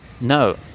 No